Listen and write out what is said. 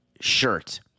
shirt